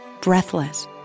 breathless